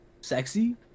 Sexy